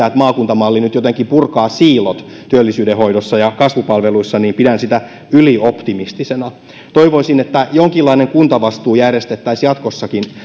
että maakuntamalli nyt jotenkin purkaa siilot työllisyydenhoidossa ja kasvupalveluissa pidän ylioptimistisena toivoisin että jonkinlainen kuntavastuu järjestettäisiin jatkossakin